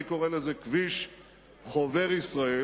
אני קורא לזה "כביש חובר ישראל"